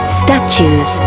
statues